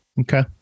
Okay